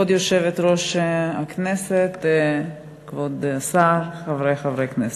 כבוד היושבת-ראש, כבוד השר, חברי חברי הכנסת,